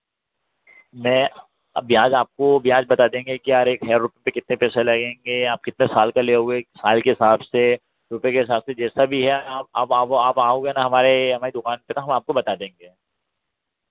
मैं अब ब्याज आपको ब्याज बता देंगे क्या रेट है और उसपे कितने पैसे लगेंगे या आप कितने साल का लोगे साल के हिसाब से रुपये के हिसाब से जैसा भी है आप अब आप आप आओगे ना हमारे हमारी दुकान पर तो हम आपको बता देंगे